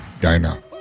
dina